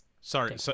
Sorry